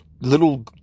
little